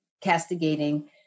castigating